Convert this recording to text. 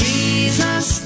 Jesus